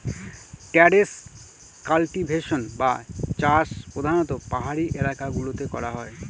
terrace cultivation বা চাষ প্রধানত পাহাড়ি এলাকা গুলোতে করা হয়